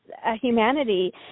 humanity